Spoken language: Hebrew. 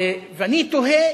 ואני תוהה